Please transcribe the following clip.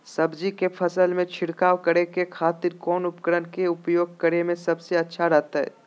सब्जी के फसल में छिड़काव करे के खातिर कौन उपकरण के उपयोग करें में सबसे अच्छा रहतय?